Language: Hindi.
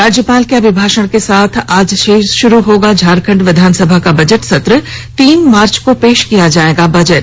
राज्यपाल के अभिभाषन के साथ आज से शुरू होगा झारखंड विधानसभा का बजट सत्र तीन मार्च को पेश किया जायेगा बजट